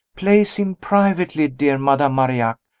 place him privately, dear madame marillac,